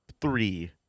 three